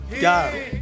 go